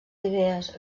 idees